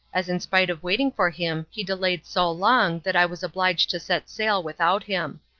as in spite of waiting for him he delayed so long that i was obliged to set sail without him.